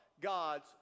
God's